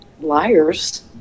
liars